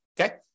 Okay